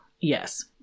Yes